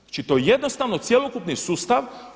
Znači to je jednostavno cjelokupni sustav.